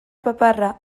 paparra